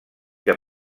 que